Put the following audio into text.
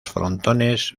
frontones